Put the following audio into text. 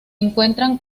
encuentran